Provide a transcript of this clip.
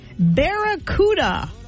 Barracuda